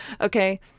okay